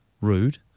rude